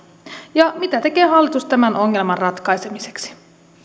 ja mitä tekee hallitus tämän ongelman ratkaisemiseksi